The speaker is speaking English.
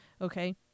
Okay